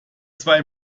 zwei